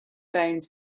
bones